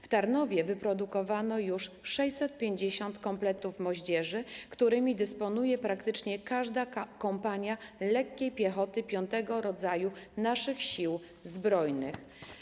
W Tarnowie wyprodukowano już 650 kompletów moździerzy, którymi dysponuje praktycznie każda kompania lekkiej piechoty V rodzaju naszych Sił Zbrojnych.